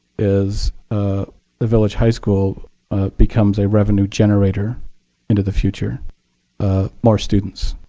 is ah the village high school becomes a revenue generator into the future more students.